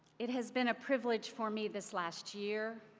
it has been a privilege for me this last year,